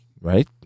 Right